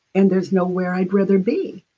and there's nowhere i'd rather be.